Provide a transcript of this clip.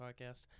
Podcast